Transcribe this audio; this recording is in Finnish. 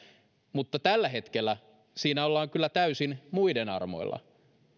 mutta tällä hetkellä siinä ollaan kyllä täysin muiden armoilla